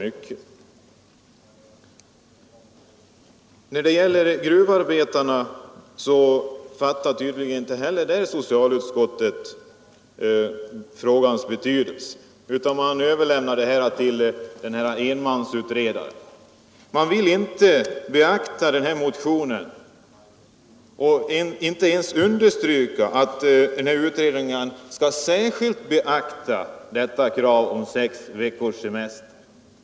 Inte heller när det gäller gruvarbetarna fattar socialutskottet frågans betydelse utan överlämnar den till enmansutredaren. Man vill inte ta hänsyn till synpunkterna i motionen eller ens understryka att utredningen särskilt skall beakta kravet om sex veckors semester i detta sammanhang.